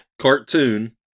cartoon